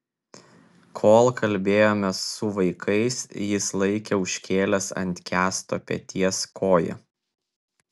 kol kalbėjomės su vaikais jis laikė užkėlęs ant kęsto peties koją